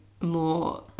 more